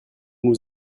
nous